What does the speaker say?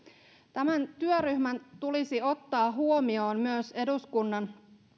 tämän työryhmän tulisi ottaa huomioon myös eduskunnan